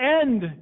end